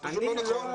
זה פשוט לא נכון.